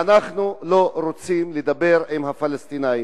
שאנחנו לא רוצים לדבר עם הפלסטינים.